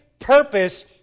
purpose